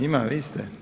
Ima, vi ste?